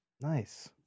Nice